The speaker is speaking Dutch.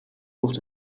kocht